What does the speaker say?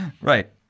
Right